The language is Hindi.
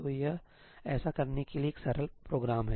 तो यह ऐसा करने के लिए एक सरल प्रोग्राम है